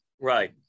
Right